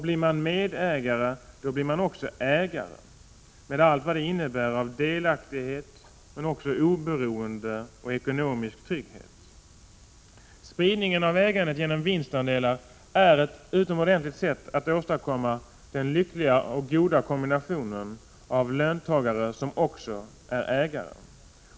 Blir man medägare blir man också ägare, med allt vad det innebär av delaktighet, men också oberoende och ekonomisk trygghet. Spridningen av ägandet genom vinstandelar är ett utomordentligt sätt att åstadkomma den lyckliga och goda kombinationen av löntagare och ägare.